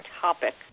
topic